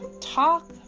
talk